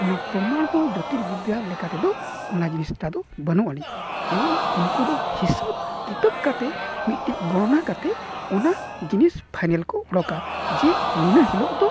ᱚᱱᱟ ᱯᱨᱚᱢᱟᱱ ᱫᱚ ᱡᱳᱛᱤᱨ ᱵᱤᱨᱫᱟᱹ ᱞᱮᱠᱟ ᱛᱮᱫᱚ ᱚᱱᱟ ᱡᱤᱱᱤᱥᱴᱟ ᱫᱚ ᱵᱟᱹᱱᱩᱜ ᱟᱹᱱᱤᱡ ᱠᱮᱵᱚᱞ ᱩᱱᱠᱩ ᱫᱚ ᱦᱤᱥᱟᱹᱵ ᱠᱤᱛᱟᱹᱵ ᱠᱟᱛᱮᱫ ᱢᱤᱫᱴᱤᱡ ᱜᱚᱱᱚᱱᱟ ᱠᱟᱛᱮᱫ ᱚᱱᱟ ᱡᱤᱱᱤᱥ ᱯᱷᱟᱭᱱᱮᱞ ᱠᱚ ᱚᱰᱳᱠᱟ ᱡᱮ ᱱᱤᱭᱟᱹ ᱦᱤᱞᱳᱜ ᱫᱚ